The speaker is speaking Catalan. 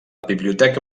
biblioteca